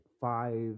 five